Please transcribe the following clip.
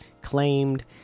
claimed